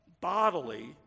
bodily